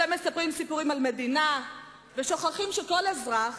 אתם מספרים סיפורים על מדינה ושוכחים שכל אזרח